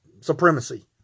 supremacy